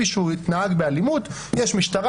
מי שהוא נהג באלימות יש משטרה,